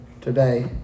today